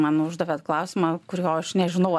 man uždavėt klausimą kurio aš nežinau